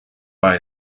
buy